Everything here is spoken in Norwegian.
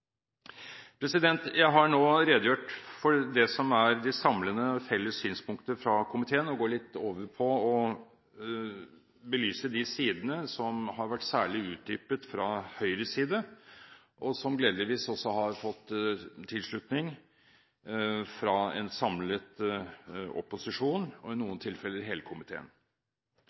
Jeg har nå redegjort for det som er de samlende, felles synspunkter fra komiteen, og går litt over på å belyse de sidene som har vært særlig utdypet fra Høyres side, og som gledeligvis også har fått tilslutning fra en samlet opposisjon og i noen tilfeller hele komiteen.